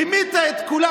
רימית את כולם.